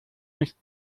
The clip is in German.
nichts